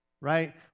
right